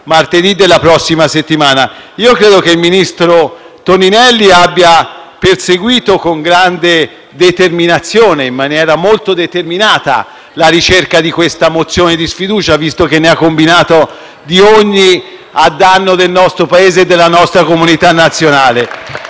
martedì della prossima settimana. Credo che il ministro Toninelli abbia perseguito con grande determinazione, in maniera davvero molto determinata, la ricerca di questa mozione di sfiducia, visto che ne ha combinate di ogni a danno del nostro Paese e della nostra comunità nazionale.